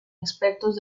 expertos